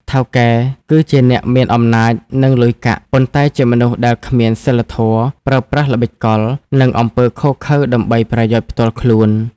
ថៅកែគឺជាអ្នកមានអំណាច និងលុយកាក់ ប៉ុន្តែជាមនុស្សដែលគ្មានសីលធម៌ ប្រើប្រាស់ល្បិចកល និងអំពើឃោរឃៅដើម្បីប្រយោជន៍ផ្ទាល់ខ្លួន។